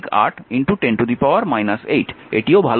এটিও একটি ভাল কন্ডাক্টর